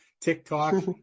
TikTok